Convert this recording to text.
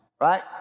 right